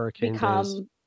become